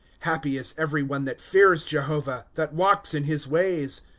happy is every one that fears jehovah, that walks in his ways.